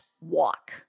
walk